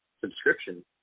subscription